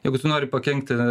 jeigu tu nori pakenkti